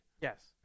Yes